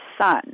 son